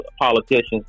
politicians